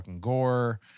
gore